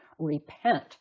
Repent